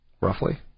roughly